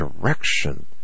direction